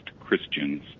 Christians